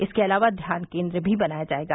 इसके अलावा ध्यान केन्द्र भी बनाया जायेगा